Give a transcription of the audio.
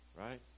Right